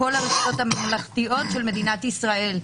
בכל הרשויות הממלכתיות של מדינת ישראל.